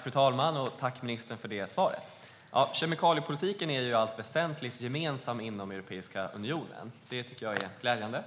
Fru talman! Tack, ministern, för svaret! Kemikaliepolitiken är i allt väsentligt gemensam inom Europeiska unionen. Det tycker jag är glädjande.